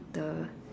the